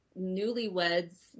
newlyweds